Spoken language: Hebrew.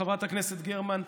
חברת הכנסת גרמן,